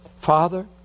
Father